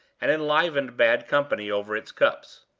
and enlivened bad company over its cups.